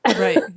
Right